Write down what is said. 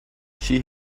she